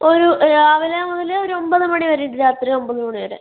ഒരു രാവിലെ മുതൽ ഒരു ഒമ്പത് മണി വരെ ഉണ്ട് രാത്രി ഒമ്പത് മണി വരെ